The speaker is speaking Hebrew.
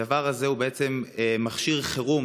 הדבר הזה הוא בעצם מכשיר חירום,